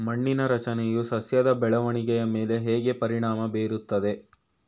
ಮಣ್ಣಿನ ರಚನೆಯು ಸಸ್ಯದ ಬೆಳವಣಿಗೆಯ ಮೇಲೆ ಹೇಗೆ ಪರಿಣಾಮ ಬೀರುತ್ತದೆ?